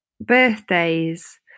birthdays